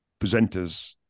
presenters